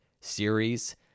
series